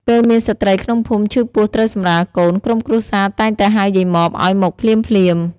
ពេលមានស្ត្រីក្នុងភូមិឈឺពោះត្រូវសម្រាលកូន ក្រុមគ្រួសារតែងទៅហៅយាយម៉បឱ្យមកភ្លាមៗ។